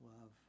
love